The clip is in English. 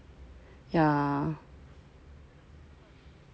yeah